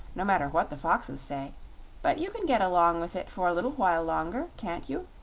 no matter what the foxes say but you can get along with it for a little while longer, can't you?